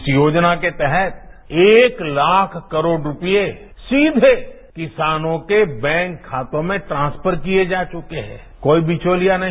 इस योजना के तहत एक लाख करोड़ रुपए सीधे किसानों के बैंक खातों में ट्रांसफर किए जा चुके हैं कोई बिचौलिया नहीं